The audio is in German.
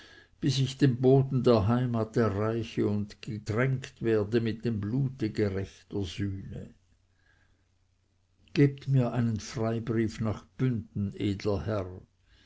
bis ich den boden der heimat erreiche und getränkt werde mit dem blute gerechter sühne gebt mir einen freibrief nach bünden edler herr